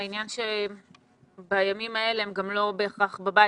העניין שבימים האלה הם גם לא בהכרח בבית,